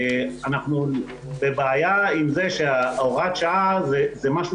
אנחנו בבעיה עם זה שהוראת השעה היא משהו